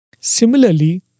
Similarly